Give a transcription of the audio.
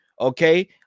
okay